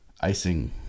Icing